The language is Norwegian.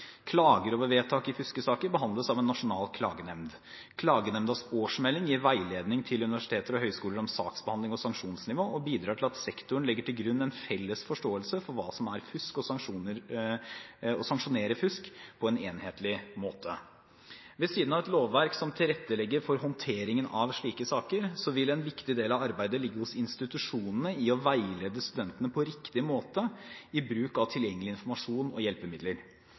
Klager over vedtak i fuskesaker behandles av en nasjonal klagenemnd. Klagenemndas årsmelding gir veiledning til universiteter og høyskoler om saksbehandling og sanksjonsnivå og bidrar til at sektoren legger til grunn en felles forståelse av hva som er fusk, og sanksjonerer fusk på en enhetlig måte. Ved siden av et lovverk som tilrettelegger for håndteringen av slike saker, vil en viktig del av arbeidet ligge hos institusjonene i å veilede studentene i riktig bruk av tilgjengelig informasjon og hjelpemidler.